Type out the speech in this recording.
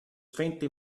faintly